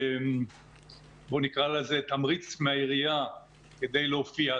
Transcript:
נקרא לזה תמריץ מהעירייה כדי להופיע.